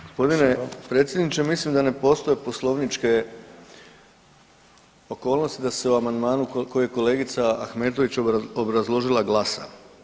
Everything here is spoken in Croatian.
Gospodine predsjedniče mislim da ne postoji poslovničke okolnosti da se o amandmanu koji je kolegica Ahmetović obrazložila glasa.